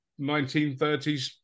1930s